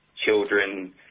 children